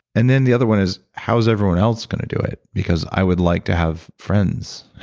and then, the other one is, how is everyone else going to do it? because, i would like to have friends